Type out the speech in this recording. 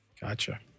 Gotcha